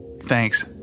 Thanks